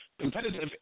competitive